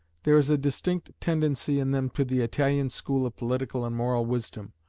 there is a distinct tendency in them to the italian school of political and moral wisdom,